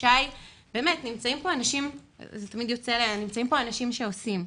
נמצאים פה אנשים שעושים,